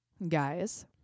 guys